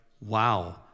wow